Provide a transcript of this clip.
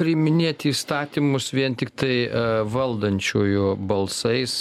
priiminėti įstatymus vien tiktai valdančiųjų balsais